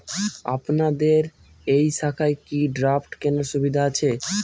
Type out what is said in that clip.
আপনাদের এই শাখায় কি ড্রাফট কেনার সুবিধা আছে?